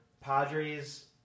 Padres